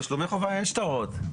בתשלומי חובה אין שטרות.